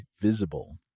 Visible